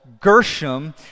Gershom